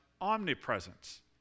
omnipresence